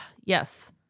yes